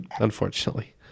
Unfortunately